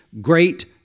Great